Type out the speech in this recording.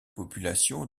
population